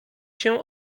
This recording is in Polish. się